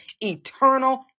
eternal